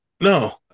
No